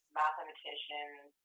mathematicians